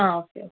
ആ ഓക്കേ